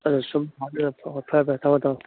ꯑꯗꯨꯅꯁꯨꯝ ꯊꯥꯔꯤꯔꯛꯄ ꯍꯣꯏ ꯐꯔꯦ ꯐꯔꯦ ꯊꯝꯃꯣ ꯊꯝꯃꯣ